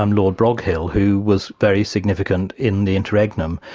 um lord broghill, who was very significant in the interregnum,